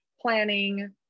planning